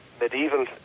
medieval